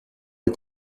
est